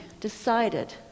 decided